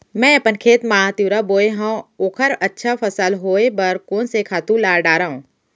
मैं अपन खेत मा तिंवरा बोये हव ओखर अच्छा फसल होये बर कोन से खातू ला डारव?